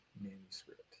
manuscript